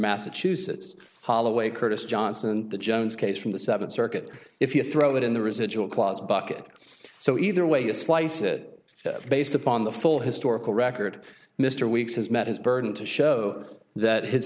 massachusetts holloway curtis johnston and the jones case from the seventh circuit if you throw it in the residual clause bucket so either way you slice it based upon the full historical record mr weeks has met his burden to show that hi